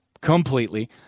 completely